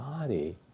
body